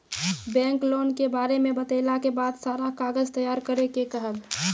Bank loan के बारे मे बतेला के बाद सारा कागज तैयार करे के कहब?